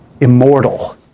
immortal